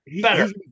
Better